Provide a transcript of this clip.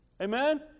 Amen